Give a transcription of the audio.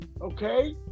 okay